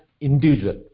individual